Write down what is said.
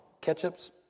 Ketchup's